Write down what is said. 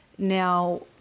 now